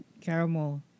caramel